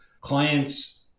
clients